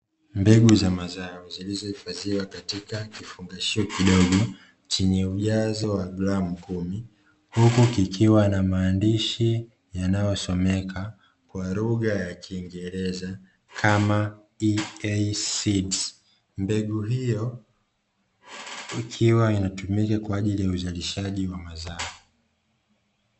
Mbegu za mazao zilizohifadhiwa katika kifungashio kidogo chenye ujazo wa gramu kumi. Huku kikiwa na maandishi yanayosomeka kwa lugha ya kingereza kama ''EA seeds'' mbegu hiyo ikiwa inatumika kwa ajili ya uzalishaji wa mazao.